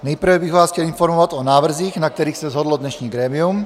Nejprve bych vás chtěl informovat o návrzích, na kterých se shodlo dnešní grémium.